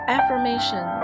Affirmation